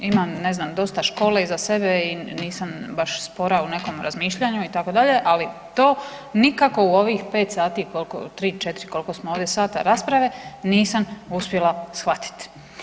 Imam ne znam dosta škole iza sebe i nisam baš spora u nekom razmišljanju itd., ali to nikako u ovih pet sati, tri, četiri koliko smo ovdje sata rasprave nisam uspjela shvatit.